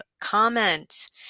comment